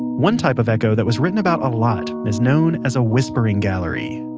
one type of echo that was written about a lot is known as a whispering gallery.